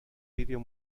vídeo